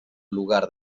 lugar